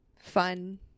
Fun